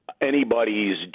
anybody's